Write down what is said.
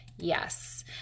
Yes